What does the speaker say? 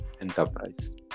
enterprise